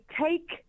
take